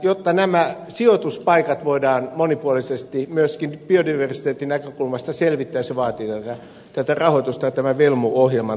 jotta nämä sijoituspaikat voidaan monipuolisesti myöskin biodiversiteetin näkökulmasta selvittää se vaatii rahoitusta ja tämän velmu ohjelman toteuttamista